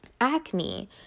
acne